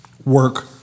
work